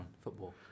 football